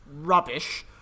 rubbish